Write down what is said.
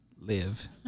live